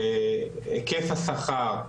היקף השכר,